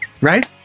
right